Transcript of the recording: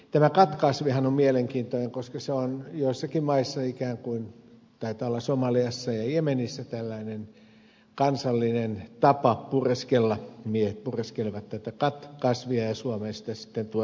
tämä khat kasvihan on mielenkiintoinen koska on joissakin maissa taitaa olla somaliassa ja jemenissä ikään kuin tällainen kansallinen tapa pureskella miehet pureskelevat tätä khat kasvia ja suomeen sitä sitten tuodaan säkeittäin